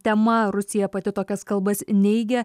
tema rusija pati tokias kalbas neigia